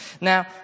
Now